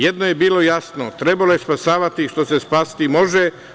Jedno je bilo jasno, trebalo je spasavati što se spasiti može.